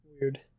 Weird